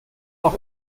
noch